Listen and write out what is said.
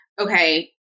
okay